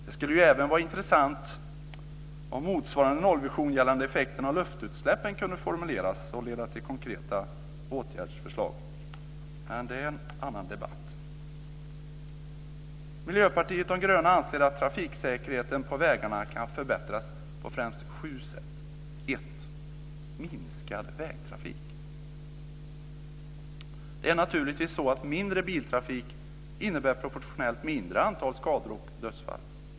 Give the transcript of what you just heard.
Det skulle även vara intressant om motsvarande nollvision gällande effekterna av luftutsläppen kunde formuleras och leda till konkreta åtgärdsförslag, men det är en annan debatt. Miljöpartiet de gröna anser att trafiksäkerheten på vägarna kan förbättras på främst sju sätt. 1. Minskad vägtrafik. Det är naturligtvis så att mindre biltrafik innebär proportionellt mindre antal skador och dödsfall.